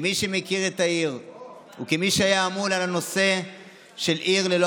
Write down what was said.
כמי שמכיר את העיר וכמי שהיה אמון על הנושא של עיר ללא